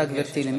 תודה, גברתי.